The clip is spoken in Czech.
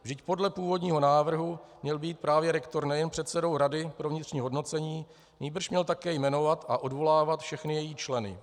Vždyť podle původního návrhu měl být právě rektor nejen předsedou rady pro vnitřní hodnocení, nýbrž měl také jmenovat a odvolávat všechny její členy.